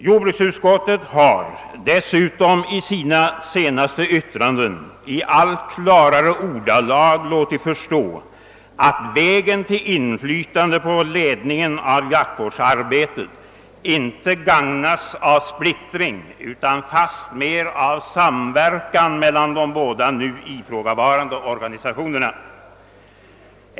Jordbruksutskottet har dessutom i sina senaste utlåtanden i allt klarare ordalag låtit förstå, att vägen till inflytande på ledningen av jaktvårdsarbetet inte gagnas av splittring utan fastmera av samverkan mellan de båda nu ifrågavarande organisationerna.